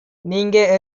நீங்க